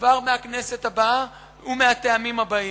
כבר מהכנסת הבאה, ומהטעמים הבאים: